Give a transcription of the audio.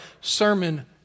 sermon